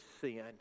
sin